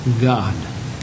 God